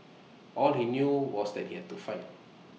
all he knew was that he had to fight